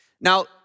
Now